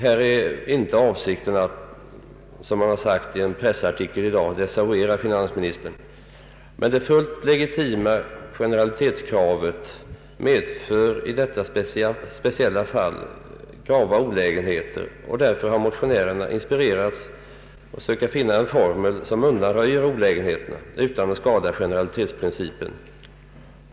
Här är inte avsikten att — som anförts i en pressartikel i dag — desavouera finansministern. Men det fullt legitima generalitetskravet medför i detta speciella fall grava olägenheter. Därför har motionärerna inspirerats att söka finna en formel som undanröjer olägenheterna utan att skada generalitetsprincipen.